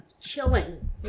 chilling